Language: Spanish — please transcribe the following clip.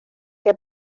qué